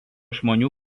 žmonių